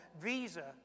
Visa